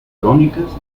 crónicas